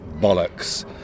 bollocks